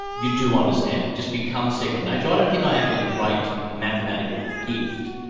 you do understand it, it just becomes second nature. i don't think i have any great mathematical gift,